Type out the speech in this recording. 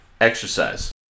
exercise